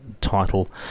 title